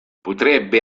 potrebbe